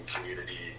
community